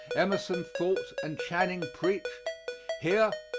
emerson thought and channing preached here,